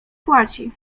płaci